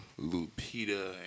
Lupita